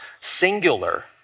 singular